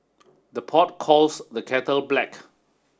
the pot calls the kettle black